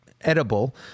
edible